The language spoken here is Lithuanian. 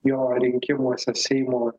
jo rinkimuose seimo